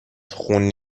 خون